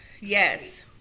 Yes